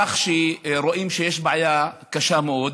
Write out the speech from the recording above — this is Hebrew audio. כך שרואים שיש בעיה קשה מאוד,